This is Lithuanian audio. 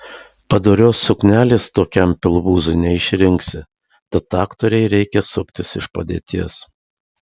padorios suknelės tokiam pilvūzui neišrinksi tad aktorei reikia suktis iš padėties